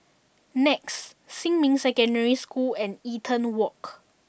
Nex Xinmin Secondary School and Eaton Walk